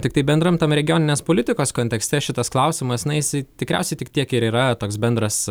tiktai bendram tam regioninės politikos kontekste šitas klausimas na jisai tikriausiai tik tiek ir yra toks bendras